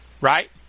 Right